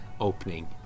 opening